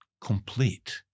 complete